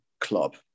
club